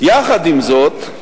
יחד עם זאת,